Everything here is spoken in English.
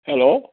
hello